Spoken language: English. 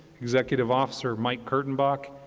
executive officer mike kurtenbach,